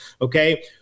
Okay